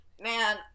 man